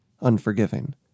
unforgiving